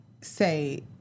say